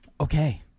okay